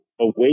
away